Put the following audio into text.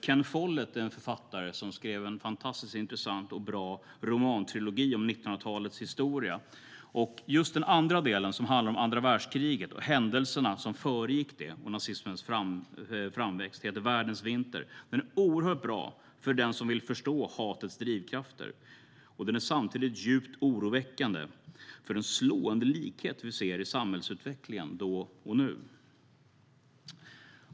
Författaren Ken Follett har skrivit en fantastiskt intressant och bra romantrilogi om 1900-talets historia. Den andra delen, som heter Världens vinter , handlar om andra världskriget och händelserna som föregick det och nazismens framväxt. Den är oerhört bra för den som vill förstå hatets drivkrafter. Samtidigt är den djupt oroväckande när det gäller den slående likhet vi ser mellan samhällsutvecklingen då och nu.